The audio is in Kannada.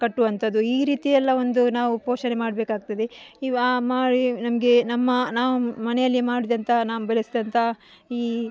ಕಟ್ಟುವಂತದ್ದು ಈ ರೀತಿಯೆಲ್ಲ ಒಂದು ನಾವು ಪೋಷಣೆ ಮಾಡಬೇಕಾಗ್ತದೆ ಈ ವಾ ಮ ಈ ನಮಗೆ ನಮ್ಮ ನಾವು ಮನೆಯಲ್ಲಿಯೇ ಮಾಡಿದಂತ ನಾವು ಬೆಳೆಸಿದಂತ ಈ